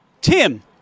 Tim